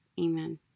Amen